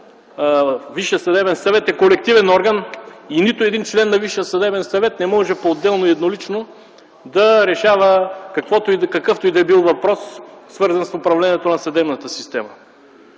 Висшият съдебен съвет е колективен орган и нито един член на Висшия съдебен съвет не може поотделно и еднолично да решава какъвто и да било въпрос, свързан с управлението на съдебната система.